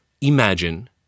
imagine